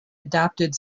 adopted